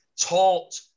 taught